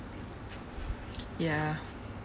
ya